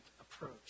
approach